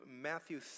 Matthew